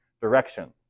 direction